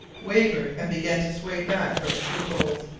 wavered and began to sway back from its loopholes.